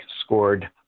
scored